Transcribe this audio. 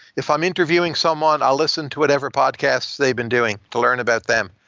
if i'm interviewing someone, i'll listen to whatever podcasts they've been doing to learn about them,